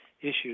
issues